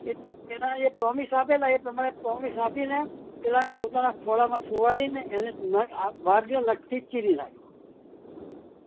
એ એના એ પ્રોમિસ આપેલા એ પ્રમાણે પ્રોમિસ આપીને પેલાને પોતાના ખોળામાં સુવડાવીને એને વાઘના નખથી ચીરી નાખ્યો